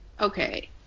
okay